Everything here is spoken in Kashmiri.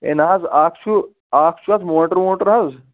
ہے نا حظ اَکھ چھُ اَکھ چھُ اَتھ موٹَر ووٹَر حظ